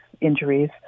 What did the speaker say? injuries